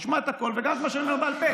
תשמע את הכול וגם את מה שאני אומר בעל פה.